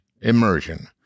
Immersion